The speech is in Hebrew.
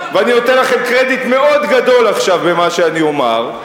ואני נותן לכם קרדיט מאוד גדול עכשיו במה שאני אומר,